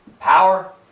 power